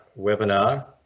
webinar